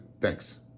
thanks